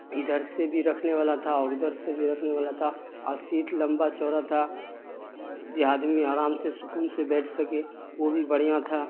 ادھر سے بھی رکھنے والا تھا اور ادھر سے بھی رکھنے والا تھا اور سیٹ لمبا چوڑا تھا جے آدمی آرام سے سکون سے بیٹھ سکے وہ بھی بڑھیا تھا